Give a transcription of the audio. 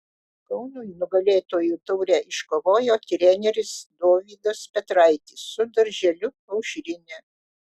kaunui nugalėtojų taurę iškovojo treneris dovydas petraitis su darželiu aušrinė